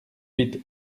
huit